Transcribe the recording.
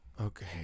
Okay